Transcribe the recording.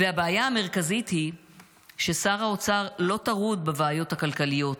והבעיה המרכזית היא ששר האוצר לא טרוד בבעיות הכלכליות,